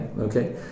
Okay